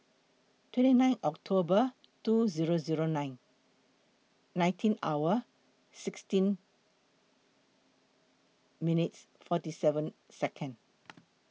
twenty nine October two Zero Zero nine nineteen hour sixteen minutes forty seven Second